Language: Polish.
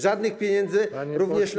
Żadnych pieniędzy również na.